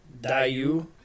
Dayu